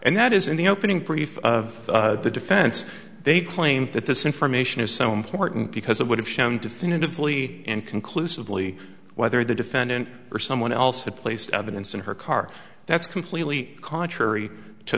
and that is in the opening prefer of the defense they claim that this information is so important because it would have shown definitively in conclusively whether the defendant or someone else had placed evidence in her car that's completely contrary to